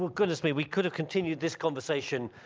goodness, we we could have continued this conversation,